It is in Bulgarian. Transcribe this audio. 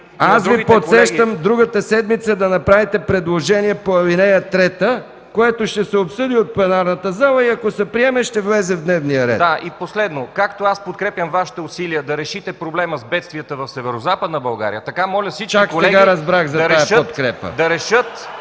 Аз Ви подсещам другата седмица да направите предложение по ал. 3, което ще се обсъди от пленарната зала и ако се приеме, ще влезе в дневния ред. БОРИС ЦВЕТКОВ: Да, и последно. Както аз подкрепям Вашите усилия да решите проблема с бедствията в Северозападна България, така моля всички колеги...